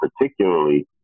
particularly